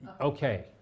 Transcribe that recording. okay